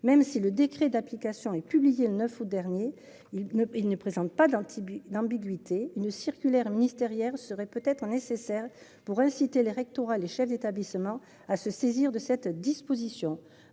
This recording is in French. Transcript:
Même si le décret d'application et publié le 9 août dernier, il ne il ne présente pas d'un d'ambiguïté une circulaire ministérielle serait peut-être nécessaire pour inciter les rectorats les chefs d'établissements à se saisir de cette disposition.